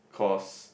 cause